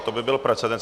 To by byl precedens.